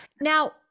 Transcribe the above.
Now